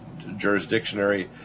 Jurisdictionary